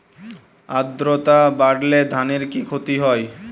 আদ্রর্তা বাড়লে ধানের কি ক্ষতি হয়?